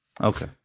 Okay